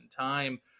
time